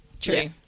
True